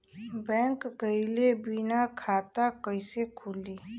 Bank गइले बिना खाता कईसे खुली?